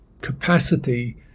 capacity